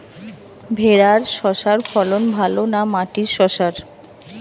ভেরার শশার ফলন ভালো না মাটির শশার?